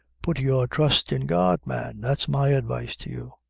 put your trust in god, man that's my advice to you.